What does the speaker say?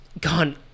gone